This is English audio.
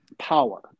Power